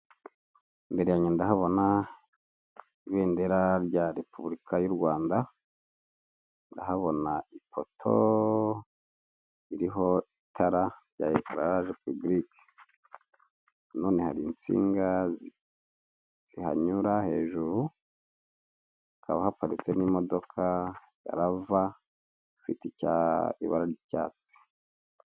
Imbere yange ndahabona ibendera rya repubulika y'u Rwanda, ndahabona ifoto iriho itara rya regaraje pibirike, na none hari insinga zihanyura hejuru, hakaba haparitse n'imodoka rava ifite ibara ry'icyatsi.